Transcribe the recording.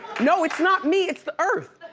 no, it's not me, it's the earth.